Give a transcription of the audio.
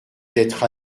d’être